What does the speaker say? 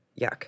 yuck